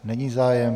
Není zájem.